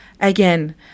Again